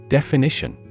Definition